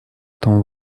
этому